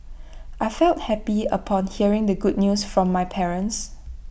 I felt happy upon hearing the good news from my parents